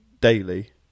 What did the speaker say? daily